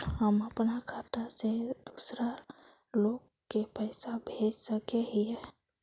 हम अपना खाता से दूसरा लोग के पैसा भेज सके हिये?